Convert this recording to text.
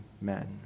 men